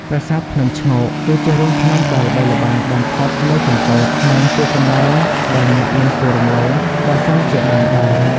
ប្រាសាទភ្នំឈ្ងោក គឺជារូងភ្នំដ៏ល្បីល្បាញបំផុតនៅកំពត និងជាកន្លែងដែលអ្នកមិនគួររំលង បើសិនជាបានដល់។